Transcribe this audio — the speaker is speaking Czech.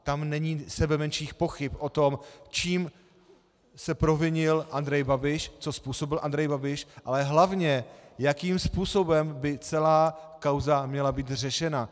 Tam není sebemenších pochyb o tom, čím se provinil Andrej Babiš, co způsobil Andrej Babiš, ale hlavně jakým způsobem by celá kauza měla být řešena.